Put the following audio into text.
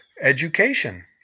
education